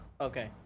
okay